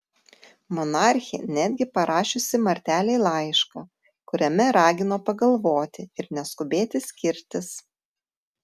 monarchė netgi parašiusi martelei laišką kuriame ragino pagalvoti ir neskubėti skirtis